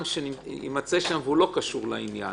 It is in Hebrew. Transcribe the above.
אדם שיימצא ולא קשור לעניין,